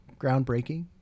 groundbreaking